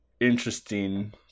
Interesting